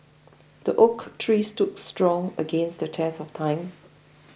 the oak tree stood strong against the test of time